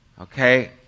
Okay